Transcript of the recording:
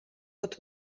pod